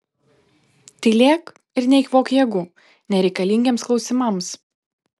tylėk ir neeikvok jėgų nereikalingiems klausimams